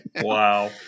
Wow